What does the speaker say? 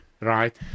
right